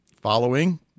following